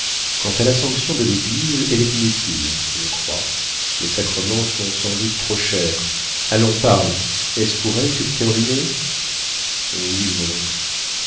quant à la sanction de l'église elle est inutile je crois les sacrements sont sans doute trop chers allons parle est-ce pour elle que tu t'es ruiné oui mon oncle